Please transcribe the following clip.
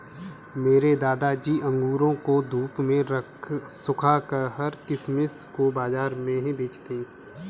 मेरे दादाजी अंगूरों को धूप में सुखाकर किशमिश को बाज़ार में बेचते थे